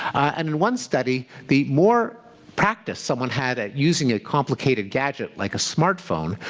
and in one study, the more practise someone had at using a complicated gadget like a smartphone,